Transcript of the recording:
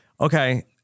Okay